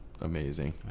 Amazing